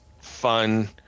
fun